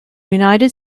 united